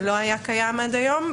זה לא היה קיים עד היום,